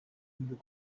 into